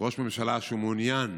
ראש ממשלה שמעוניין